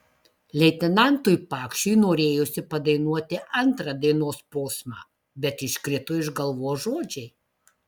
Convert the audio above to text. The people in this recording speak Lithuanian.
leitenantui pakšiui norėjosi padainuoti antrą dainos posmą bet iškrito iš galvos žodžiai